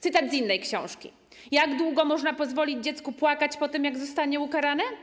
Cytat z innej książki: ˝Jak długo można pozwolić dziecku płakać po tym, jak zostanie ukarane?